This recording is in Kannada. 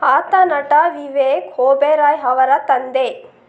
ಆತ ನಟ ವಿವೇಕ್ ಒಬೆರಾಯ್ ಅವರ ತಂದೆ